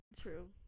True